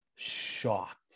shocked